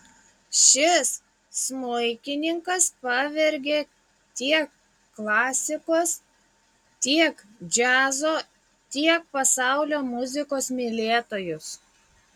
šis smuikininkas pavergia tiek klasikos tiek džiazo tiek pasaulio muzikos mylėtojus